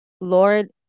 Lord